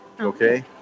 Okay